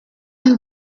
une